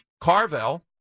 Carvel